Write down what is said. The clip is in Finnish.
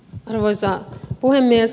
arvoisa puhemies